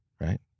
right